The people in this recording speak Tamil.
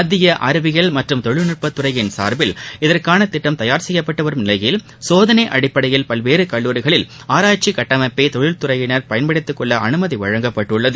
மத்திய அறிவியல் மற்றும் தொழில்நுட்பத் துறையின் சார்பில் இதற்கான திட்டம் தயார் செய்யப்பட்டு வரும் நிவையில் சோதனை அடிப்படையில் பல்வேறு கல்லூரிகளில் ஆராய்ச்சி கட்டமைப்பை தொழில் துறையினர் பயன்படுத்திக் கொள்ள அனுமதி வழங்கப்பட்டுள்ளது